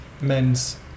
men's